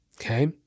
Okay